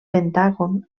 pentàgon